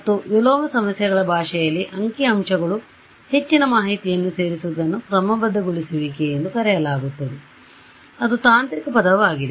ಮತ್ತು ವಿಲೋಮ ಸಮಸ್ಯೆಗಳ ಭಾಷೆಯಲ್ಲಿ ಅಂಕಿಅಂಶಗಳು ಹೆಚ್ಚಿನ ಮಾಹಿತಿಯನ್ನು ಸೇರಿಸುವುದನ್ನು ಕ್ರಮಬದ್ಧಗೊಳಿಸುವಿಕೆ ಎಂದು ಕರೆಯಲಾಗುತ್ತದೆ ಅದು ತಾಂತ್ರಿಕ ಪದವಾಗಿದೆ